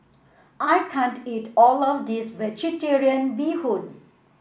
I can't eat all of this vegetarian Bee Hoon